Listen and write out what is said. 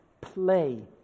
play